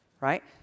right